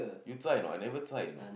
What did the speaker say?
you tried or not I never tried you know